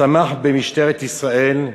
צמח במשטרת ישראל,